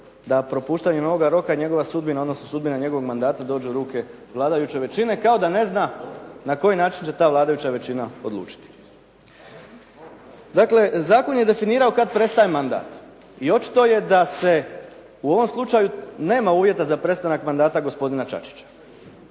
da propuštanjem ovoga roka njegova sudbina, odnosno sudbina njegovog mandata dođe u ruke vladajuće većine, kao da ne zna na koji način će ta vladajuća većina odlučiti. Dakle, zakon je definirao kad prestaje mandat i očito je da se u ovom slučaju nema uvjeta za prestanak mandata gospodina Čačića.